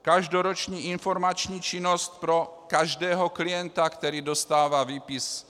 Každoroční informační činnost pro každého klienta, který dostává výpis.